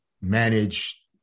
manage